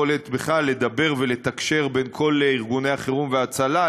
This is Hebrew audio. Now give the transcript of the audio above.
יכולת בכלל לדבר ולתקשר בין כל ארגוני החירום וההצלה,